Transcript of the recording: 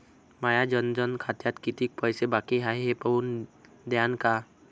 माया जनधन खात्यात कितीक पैसे बाकी हाय हे पाहून द्यान का?